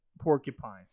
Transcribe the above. Porcupines